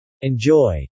Enjoy